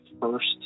first